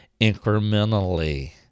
incrementally